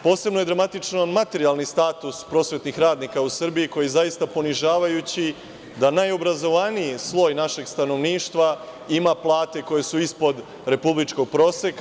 Posebno je dramatičan materijalni status prosvetnih radnika u Srbiji koji je zaista ponižavajući, najobrazovaniji sloj našeg stanovništva ima plate koje su ispod republičkog proseka.